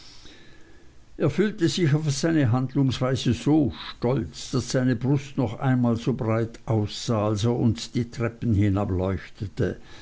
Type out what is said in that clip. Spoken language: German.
er fühlte sich auf seine handlungsweise so stolz daß seine brust noch einmal so breit aussah als er uns die treppen